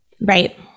Right